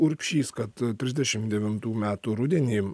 urbšys kad trisdešim devintų metų rudenį